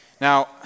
now